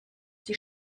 die